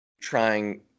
trying